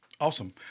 Awesome